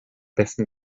besten